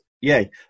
Yay